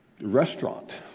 restaurant